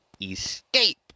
escape